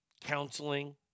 counseling